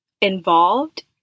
involved